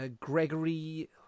Gregory